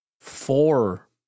four